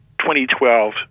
2012